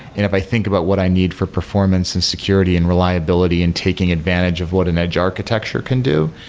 if i think about what i need for performance and security and reliability and taking advantage of what an edge architecture can do,